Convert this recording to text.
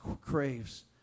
craves